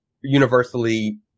universally